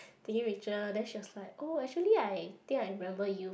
taking picture then she was like oh actually I think I remember you